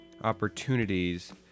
opportunities